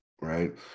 right